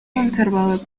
conservador